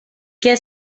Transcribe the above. què